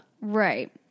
Right